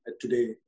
today